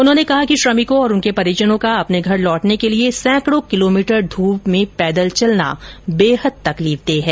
उन्होंने कहा कि श्रमिकों और उनके परिजनों का अपने घर लौटने के लिए सैकड़ों किलोमीटर धूप में पैदल चलना बेहद तकलीफदेह है